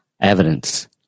evidence